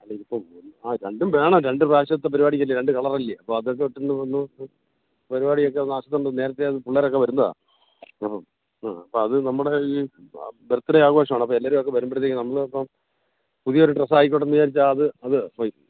അല്ല ഇതിപ്പം ആ രണ്ടും വേണം രണ്ട് പ്രാശ്യത്തെ പരിപാടിക്കല്ലേ രണ്ട് കളർ അല്ലേ അപ്പം അതൊക്ക ഇട്ടുകൊണ്ട് വന്ന് പരിപാടിയൊക്കെ ഒന്ന് ആകുമ്പം നേരത്തെ പിള്ളേരൊക്കെ വരുന്നതാ ആ ആ അപ്പം അത് നമ്മുടെ ഈ ബർത്ത്ഡേ ആഘോഷമാണ് അപ്പോൾ എല്ലാവരും അതൊക്കെ വരുമ്പഴത്തേക്കും നമ്മളിപ്പം പുതിയൊരു ഡ്രസ്സ് ആയിക്കോട്ടേ എന്ന് വിചാരിച്ചാൽ അത് അത് പോയി